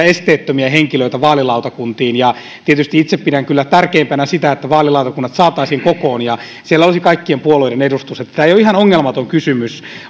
esteettömiä henkilöitä vaalilautakuntiin tietysti itse pidän kyllä tärkeimpänä sitä että vaalilautakunnat saataisiin kokoon ja siellä olisi kaikkien puolueiden edustus että tämä ei ole ihan ongelmaton kysymys